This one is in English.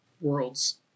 worlds